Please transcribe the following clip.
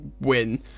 Win